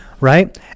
Right